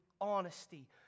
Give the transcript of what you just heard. honesty